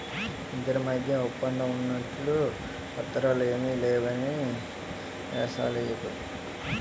ఇద్దరి మధ్య ఒప్పందం ఉన్నట్లు పత్రాలు ఏమీ లేవని ఏషాలెయ్యకు